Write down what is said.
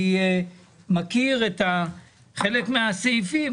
אני מכיר חלק מהסעיפים,